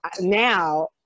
now